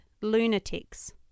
lunatics